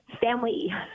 family